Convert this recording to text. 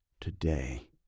Today